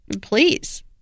Please